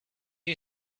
you